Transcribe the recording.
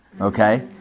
okay